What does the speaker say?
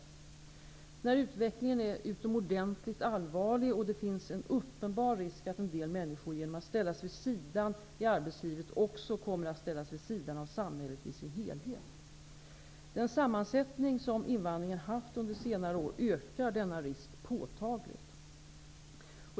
Den här utvecklingen är utomordentligt allvarlig och det finns en uppenbar risk att en del människor genom att ställas vid sidan i arbetslivet också kommer att ställas vid sidan av samhället i sin helhet. Den sammansättning som invandringen haft under senare år ökar denna risk påtagligt.